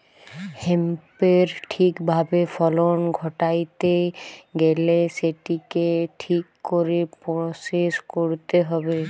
হেম্পের ঠিক ভাবে ফলন ঘটাইতে গেইলে সেটিকে ঠিক করে প্রসেস কইরতে হবে